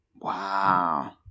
Wow